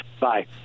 Bye